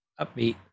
upbeat